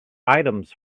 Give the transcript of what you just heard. items